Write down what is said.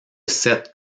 sept